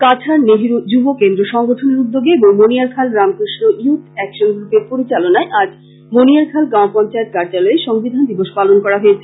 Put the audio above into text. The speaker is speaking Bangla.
কাছাড় নেহেরু যুব কেন্দ্র সংগঠনের উদ্যোগে এবং মণিয়ারখাল রামকৃষ্ণ ইয়ুথ একশন গ্রুপের পরিচালনায় আজ মণিয়ারখাল গাঁওপঞ্চায়েত কার্যালয়ে সংবিধান দিবস পালন করা হয়েছে